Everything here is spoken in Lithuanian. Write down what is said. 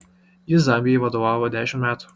jis zambijai vadovavo dešimt metų